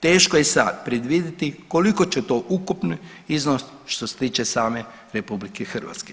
Teško je sad predvidjeti koliki će to ukupni iznos što se tiče same RH.